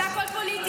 זה הכול פוליטיקה.